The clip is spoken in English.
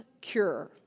cure